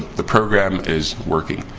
the program is working.